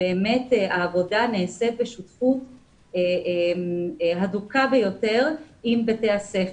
באמת העבודה נעשית בשותפות הדוקה ביותר עם בתי הספר.